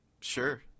Sure